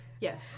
Yes